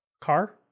car